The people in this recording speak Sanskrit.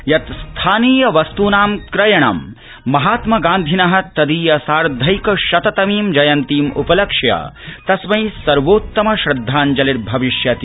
यत् स्थानीय वस्तूनां क्रयणं महात्म गान्धिन तदीय सार्धेकशततमीं जयन्तीम् उपलक्ष्य तस्मै सर्वोतम श्रद्धाञ्जलिर्भविष्यति